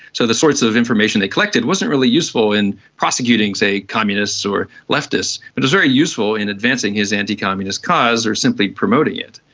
so the sorts of information they collected wasn't really useful in prosecuting, say, communists or leftists, but it was very useful in advancing his anti-communist cause or simply promoting it.